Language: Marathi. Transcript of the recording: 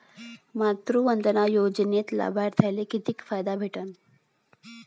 मातृवंदना योजनेत लाभार्थ्याले किती फायदा भेटन?